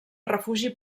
refugi